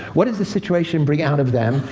what does the situation bring out of them?